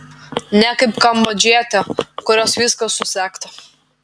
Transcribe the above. ne kaip kambodžietė kurios viskas susegta